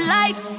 life